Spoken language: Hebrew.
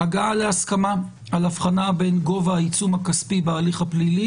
בהגעה להסכמה על הבחנה בין גובה העיצום הכספי בהליך הפלילי